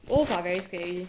both are very scary